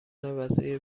وزیر